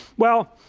well,